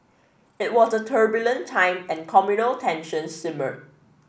it was a turbulent time and communal tensions simmered